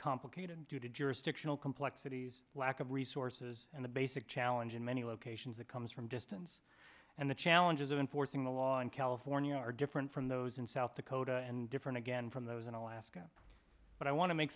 complicated due to jurisdictional complexities lack of resources and the basic challenge in many locations that comes from distance and the challenges of enforcing the law in california are different from those in south dakota and different again from those in alaska but i want to make